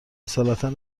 اصالتا